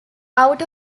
out